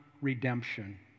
redemption